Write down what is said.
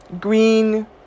green